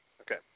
Okay